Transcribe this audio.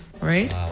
right